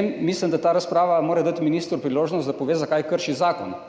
Mislim, da mora ta razprava dati ministru priložnost, da pove, zakaj krši zakon.